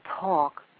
talk